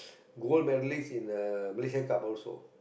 gold medalist in uh Malaysia Cup also